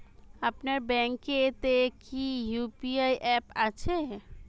আপনার ব্যাঙ্ক এ তে কি ইউ.পি.আই অ্যাপ আছে?